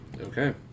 Okay